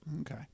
Okay